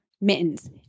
mittens